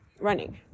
running